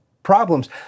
problems